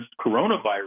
coronavirus